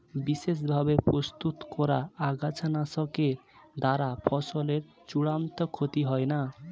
বিশেষ ভাবে প্রস্তুত করা আগাছানাশকের দ্বারা ফসলের চূড়ান্ত ক্ষতি হয় না